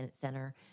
Center